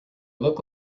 look